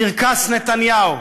קרקס נתניהו.